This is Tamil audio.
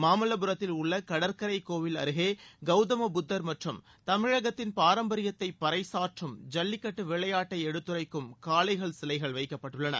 மாமல்லபுரத்தில் உள்ள கடற்கரைக் கோவில் அருகே கௌதம புத்தர் மற்றும் தமிழகத்தின் பாரம்பரியத்தை பறைசாற்றும் ஜல்லிக்கட்டு விளையாட்டை எடுத்துரைக்கும் காளைகள் சிலைகள் வைக்கப்பட்டுள்ளன